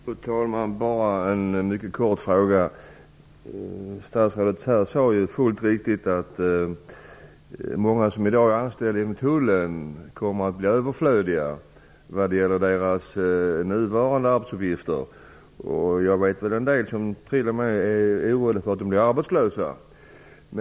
Fru talman! Jag vill bara ställa en mycket kort fråga. Statsrådet sade fullt riktigt att många som i dag är anställda inom Tullen kommer att bli överflödiga vad gäller deras nuvarande arbetsuppgifter. Jag vet en del som t.o.m. är oroade för att de skall bli arbetslösa.